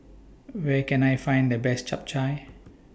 Where Can I Find The Best Chap Chai